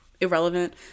Irrelevant